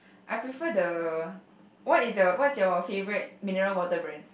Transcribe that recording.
I prefer the what is the what's your favourite mineral water brand